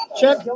Check